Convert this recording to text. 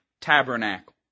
tabernacle